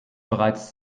bereits